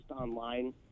online